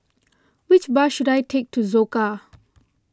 which bus should I take to Soka